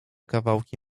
kawałki